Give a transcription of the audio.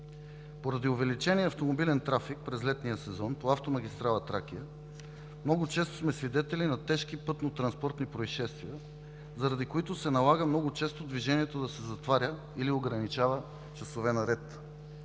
поради увеличения автомобилен трафик през летния сезон по автомагистрала „Тракия“ много често сме свидетели на тежки ПТП, заради които се налага много често движението да се затваря или ограничава часове наред.